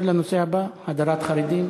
הבא לסדר-היום: הדרת חרדים